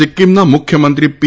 સિક્કીમના મુખ્યમંત્રી પી